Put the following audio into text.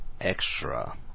extra